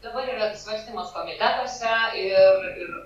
dabar yra svarstymas komitetuose ir ir